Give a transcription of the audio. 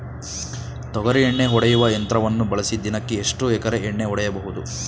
ತೊಗರಿ ಎಣ್ಣೆ ಹೊಡೆಯುವ ಯಂತ್ರವನ್ನು ಬಳಸಿ ದಿನಕ್ಕೆ ಎಷ್ಟು ಎಕರೆ ಎಣ್ಣೆ ಹೊಡೆಯಬಹುದು?